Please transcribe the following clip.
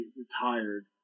retired